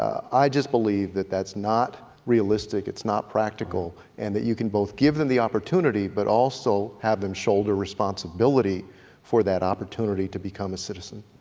i just believe that that's not realistic, it's not practical, and that you can both give them the opportunity but also have them shoulder responsibility for that opportunity to become a citizen.